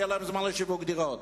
יהיה להם זמן לשיווק דירות.